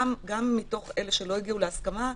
גם מתוך אלה שלא הגיעו להסכמה,